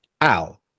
Al